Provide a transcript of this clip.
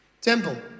Temple